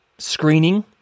Screening